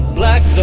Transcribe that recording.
black